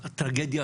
הטרגדיה